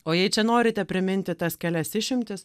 o jei čia norite priminti tas kelias išimtis